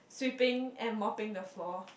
sweeping and mopping the floor